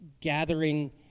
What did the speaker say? gathering